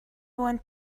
went